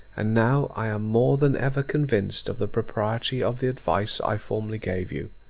and now i am more than ever convinced of the propriety of the advice i formerly gave you,